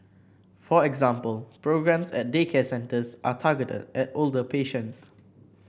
for example programmes at daycare centres are targeted at older patients